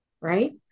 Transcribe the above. Right